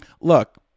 Look